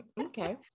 Okay